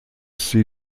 sie